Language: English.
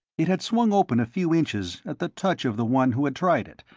it had swung open a few inches at the touch of the one who had tried it,